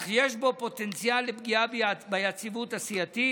אך יש בו פוטנציאל לפגיעה ביציבות הסיעתית,